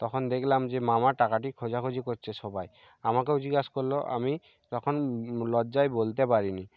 তখন দেখলাম যে মামা টাকাটি খোঁজাখুঁজি করছে সবাই আমাকেও জিজ্ঞাসা করল আমি তখন লজ্জায় বলতে পারিনি